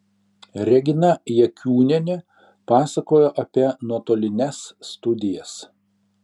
regina jakiūnienė pasakojo apie nuotolines studijas